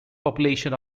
population